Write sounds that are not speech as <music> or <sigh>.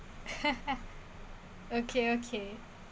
<laughs> okay okay so